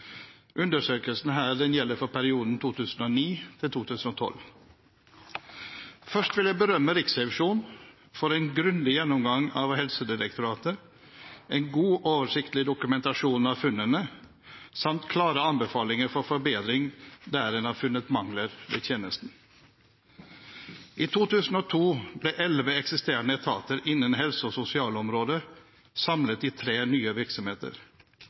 Undersøkelsen gjelder for perioden 2009–2012. Først vil jeg berømme Riksrevisjonen for en grundig gjennomgang av Helsedirektoratet, en god oversiktlig dokumentasjon av funnene samt klare anbefalinger for forbedring der en har funnet mangler ved tjenesten. I 2002 ble elleve eksisterende etater innen helse- og sosialområdet samlet i tre nye virksomheter,